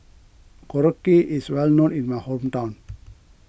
Korokke is well known in my hometown